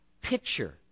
picture